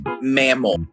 mammal